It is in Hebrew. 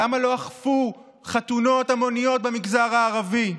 למה לא אכפו חתונות המוניות במגזר הערבי?